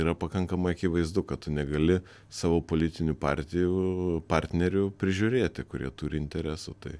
yra pakankamai akivaizdu kad tu negali savo politinių partijų partnerių prižiūrėti kurie turi interesų tai